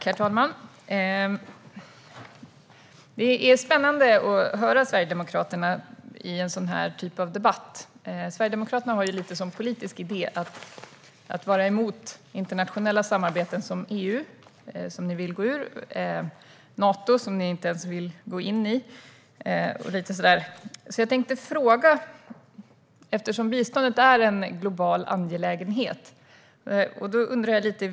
Herr talman! Det är spännande att höra Sverigedemokraterna i en sådan här debatt. Sverigedemokraterna har lite som politisk idé att vara emot internationella samarbeten. Ni vill gå ur EU, och Nato vill ni inte gå in i. Bistånd är en global angelägenhet.